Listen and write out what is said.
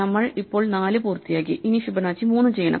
നമ്മൾ ഇപ്പോൾ 4പൂർത്തിയാക്കി ഇനി ഫിബനാച്ചി 3 ചെയ്യണം